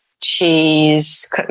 cheese